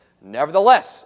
Nevertheless